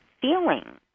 feeling